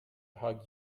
hug